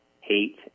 hate